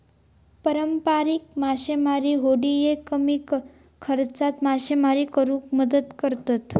पारंपारिक मासेमारी होडिये कमी खर्चात मासेमारी करुक मदत करतत